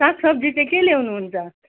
सागसब्जी चाहिँ के ल्याउनु हुन्छ